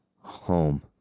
home